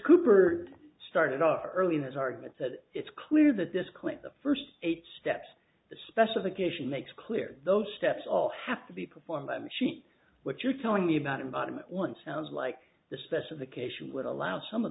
cooper started off early in his argument that it's clear that this clip the first eight steps to specifications makes clear those steps all have to be performed by machine what you're telling me about him bottom line sounds like the specification would allow some of